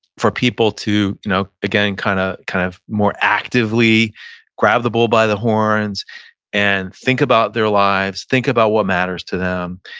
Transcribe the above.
for people to you know again kind of kind of more actively grab the bull by the horns and think about their lives, think about what matters to them.